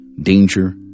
danger